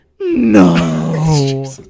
No